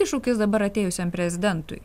iššūkis dabar atėjusiam prezidentui